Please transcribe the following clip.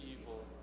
evil